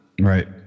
Right